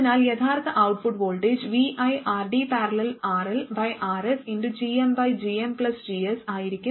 അതിനാൽ യഥാർത്ഥ ഔട്ട്പുട്ട് വോൾട്ടേജ്viRD||RLRsgmgmGs ആയിരിക്കും